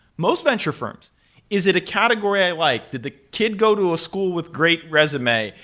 most venture firms is it a category i like? did the kid go to a school with great resume?